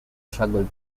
struggled